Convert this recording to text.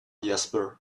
jasper